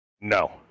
no